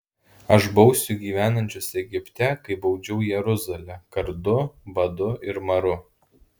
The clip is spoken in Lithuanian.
aš bausiu gyvenančius egipte kaip baudžiau jeruzalę kardu badu ir maru